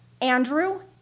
Andrew